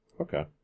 Okay